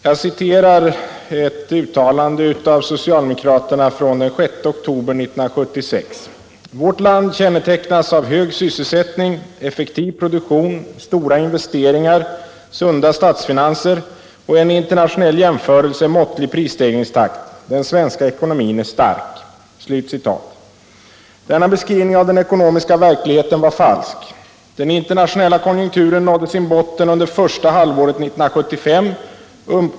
Jag citerar ett uttalande av socialdemokraterna från den 6 oktober 1976: ”Vårt land kännetecknas av hög sysselsättning, effektiv produktion, stora investeringar, sunda statsfinanser och en i internationell jämförelse måttlig prisstegringstakt. Den svenska ekonomin är stark.” Denna beskrivning av den ekonomiska verkligheten var falsk. Den internationella konjunkturen nådde sin botten under första halvåret 1975.